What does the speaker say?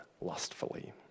lustfully